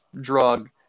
drug